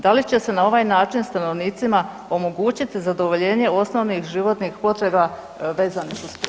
Da li će se na ovaj način stanovnicima omogućiti zadovoljenje osnovnih životnih potreba vezanih uz prijevoz?